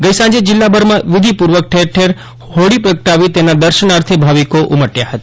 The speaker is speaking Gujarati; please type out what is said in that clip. ગઇ સાંજે જિલ્લાભર માં વિધીપુર્વક ઠેર ઠેર હોળી પ્રગટાવી તેના દર્શનાથે ભાવીકો ઉમટયા હતા